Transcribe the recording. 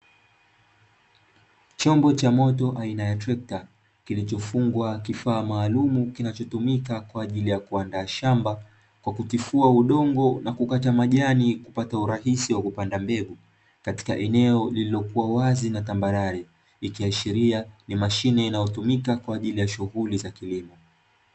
Chombo cha moto aina ya trekta, kilichofungwa kifaa maalumu kinachotumika kwa ajili ya kuandaa shamba kwa kutifua udongo na kukata majani kupata urahisi wa kupanda mbegu. Katika eneo lililokuwa wazi na tambarare, ikiashiria ni mashine inayotumika kwa ajili ya shughuli za kilimo.